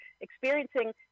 experiencing